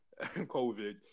COVID